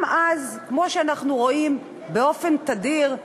גם אז, כמו שאנחנו רואים באופן תדיר,